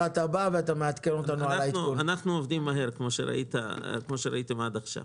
אנחנו עובדים מהר, כפי שראיתם עד עכשיו.